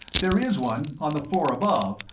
there is one, on the floor above,